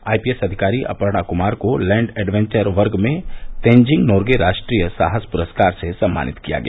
IPS अधिकारी अपर्णा क्मार को land adventure वर्ग में तेनजिंग नोर्गे राष्ट्रीय साहस पुरस्कार से सम्मानित किया गया